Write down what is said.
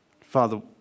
Father